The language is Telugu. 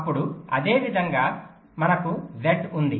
అప్పుడు అదేవిధంగా మనకు z ఉంది